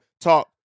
talk